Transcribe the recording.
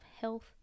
health